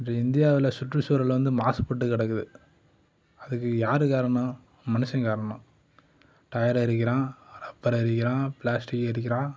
இன்று இந்தியாவில் சுற்றுச்சூழல் வந்து மாசுபட்டு கிடக்குது அதுக்கு யார் காரணம் மனுஷன் காரணம் டயர் எரிக்கிறான் ரப்பர் எரிக்கிறான் ப்ளாஸ்டிக் எரிக்கிறான்